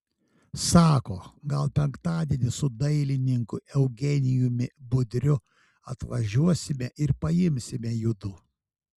sako gal penktadienį su dailininku eugenijumi budriu atvažiuosime ir paimsime judu